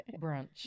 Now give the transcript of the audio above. brunch